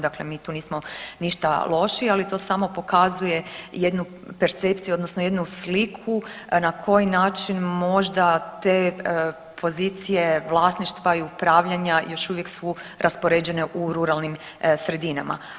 Dakle, mi tu nismo ništa lošiji, ali to samo pokazuje jednu percepciju, odnosno jednu sliku na koji način možda te pozicije vlasništva i upravljanja još uvijek su raspoređene u ruralnim sredinama.